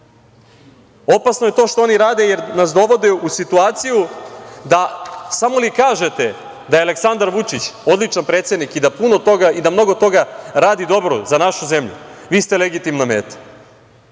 zemlja? Opasno je to što oni rade, jer nas dovode u situaciju da samo li kažete da je Aleksandar Vučić odličan predsednik i da puno toga i da mnogo toga radi dobro za našu zemlju, vi ste legitimna meta.